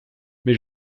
mais